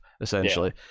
essentially